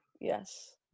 Yes